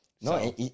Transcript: No